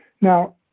Now